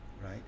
right